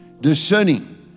discerning